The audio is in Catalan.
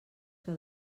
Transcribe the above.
que